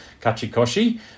Kachikoshi